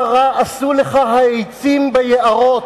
מה רע עשו לך העצים ביערות,